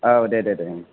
आव दे दे दे